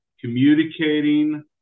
Communicating